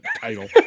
title